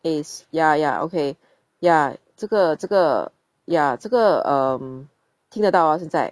eh ya ya okay ya 这个这个 ya 这个 um 听得到 ah 现在